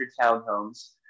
townhomes